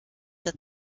der